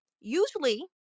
usually